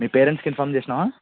మీ పేరెంట్స్కి ఇన్ఫార్మ్ చేసినావా